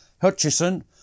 Hutchison